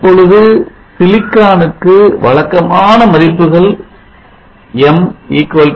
இப்பொழுது silicon க்கு வழக்கமான மதிப்புகள் m 1